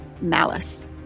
Malice